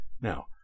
Now